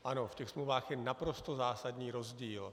Ano, v těch smlouvách je naprosto zásadní rozdíl.